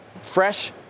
fresh